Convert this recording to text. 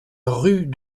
rue